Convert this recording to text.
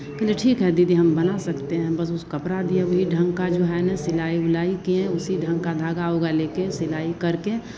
कहलियै ठीक है दीदी हम बना सकते हैं बस उस कपड़ा दिये वही ढंग का जो है ना सिलाई विलाई किए उसी ढंग का धागा होगा लेके सिलाई करके